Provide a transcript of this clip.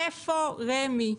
איפה רמ"י,